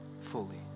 fully